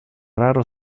raro